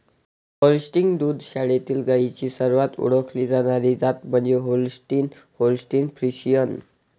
Holstein दुग्ध शाळेतील गायींची सर्वात ओळखली जाणारी जात म्हणजे होल्स्टीन होल्स्टीन फ्रिशियन